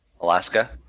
Alaska